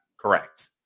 Correct